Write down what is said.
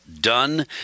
done